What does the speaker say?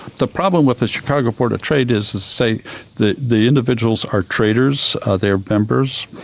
the problem with the chicago board of trade is to say the the individuals are traders, ah they're members,